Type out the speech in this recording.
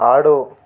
ఆడు